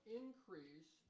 increase